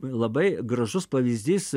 labai gražus pavyzdys